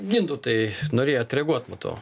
gintautai norėjot reaguot matau